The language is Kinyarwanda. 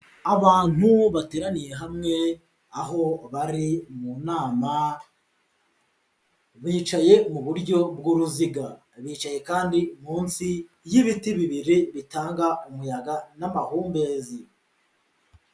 Abantu bateraniye hamwe aho bari mu nama, bicaye mu buryo bw'uruziga, bicaye kandi munsi y'ibiti bibiri bitanga umuyaga n'amahumbezi.